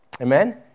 Amen